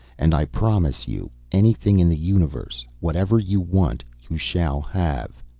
and i promise you anything in the universe. whatever you want you shall have.